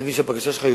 אני מבין שהבקשה שלך,